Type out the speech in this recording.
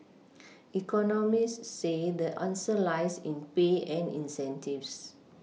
economists say the answer lies in pay and incentives